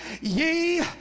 ye